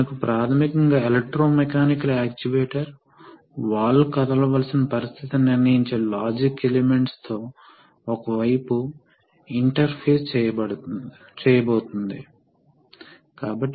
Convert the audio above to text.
కుడి పోసిషన్లో పంప్ ప్రవాహం ఇలా ఉంటుంది ఇక్కడ పంప్ ప్రవాహం ఇలా వెళ్లి సిలిండర్ యొక్క రాడ్ ఎండ్ అని పిలవబడే వాటిలో ప్రవేశిస్తుంది కాబట్టి ఇప్పుడు సిలిండర్ కుడి వైపుకు కదులుతుంది కామ్ ఇప్పటికీ పనిచేయలేదని గమనించండి కాబట్టి ఇది ఇప్పటికీ ప్లగ్ చేయబడింది మరియు పూర్తి ప్రెషర్ సిలిండర్కు వర్తించబడుతుంది